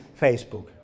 Facebook